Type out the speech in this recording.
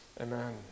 Amen